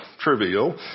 trivial